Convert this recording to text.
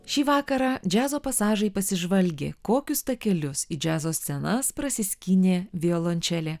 šį vakarą džiazo pasažai pasižvalgė kokius takelius į džiazo scenas prasiskynė violončelė